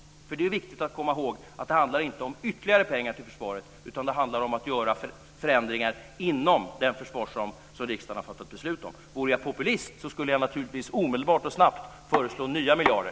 Det är ju viktigt att komma ihåg att det inte handlar om ytterligare pengar till försvaret, utan det handlar om att göra förändringar inom den försvarsram som riksdagen har fattat beslut om. Vore jag populist skulle jag naturligtvis omedelbart och snabbt föreslå nya miljarder.